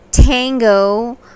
tango